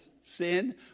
sin